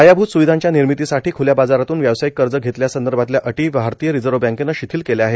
पायाभूत सुविधांच्या निर्मितींसाठी खुल्या बाजारातून व्यावसायिक कर्ज घेण्यासंदर्भातल्या अटी भारतीय रिजर्व्ह बँकेनं शिथील केल्या आहेत